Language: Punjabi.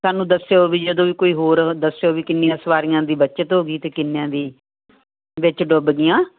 ਸਾਨੂੰ ਦੱਸਿਓ ਵੀ ਜਦੋਂ ਵੀ ਕੋਈ ਹੋਰ ਦੱਸਿਓ ਵੀ ਕਿੰਨੀਆਂ ਸੁਆਰੀਆਂ ਦੀ ਬੱਚਤ ਹੋਗੀ ਤੇ ਕਿੰਨੀਆਂ ਦੀ ਵਿੱਚ ਡੁੱਬਗੀਆਂ